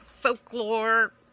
folklore